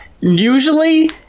Usually